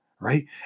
right